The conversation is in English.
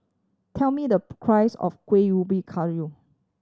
tell me the price of Kuih Ubi Kayu